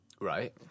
Right